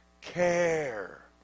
care